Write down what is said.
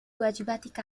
واجباتك